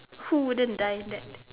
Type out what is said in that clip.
who wouldn't die in that